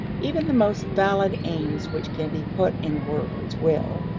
even the most valid aims which can be put in words will,